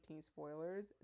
spoilers